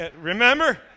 remember